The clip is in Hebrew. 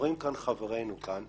אומרים חברינו כאן,